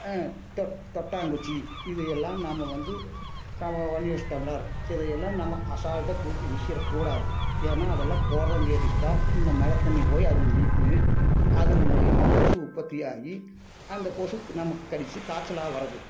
தொட் கொட்டாங்குச்சி இதை எல்லாம் நாம் வந்து வாங்கி வச்சிட்டாங்களா இதை எல்லாம் நாம் அசால்ட்டாக தூக்கி வீசிடக்கூடாது ஏன்னா அதெல்லாம் போடுறங் கேட்டிக்குதான் இந்த மழை தண்ணி போய் அதில் நின்று அதுங்க மூலயுமா கொசு உற்பத்தி ஆகி அந்த கொசு நமக்கு கடித்து காய்ச்சலாக வர்றது